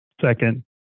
second